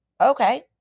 okay